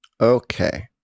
Okay